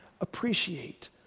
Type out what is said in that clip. Appreciate